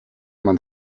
man